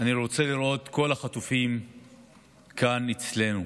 אני רוצה לראות את כל החטופים כאן אצלנו.